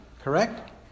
Correct